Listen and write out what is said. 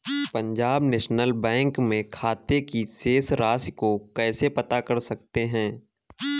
Punjab National Bank में खाते की शेष राशि को कैसे पता कर सकते हैं?